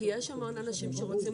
כי יש המון אנשים שרוצים